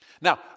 Now